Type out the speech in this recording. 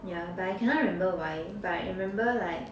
ya but I cannot remember why but I remember like